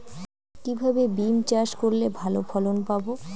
কিভাবে বিম চাষ করলে ভালো ফলন পাব?